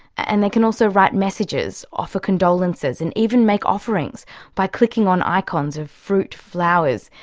and they can also write messages, offer condolences and even make offerings by clicking on icons of fruit, flowers,